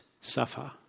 suffer